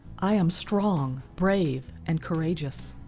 i am strong, brave, and courageous.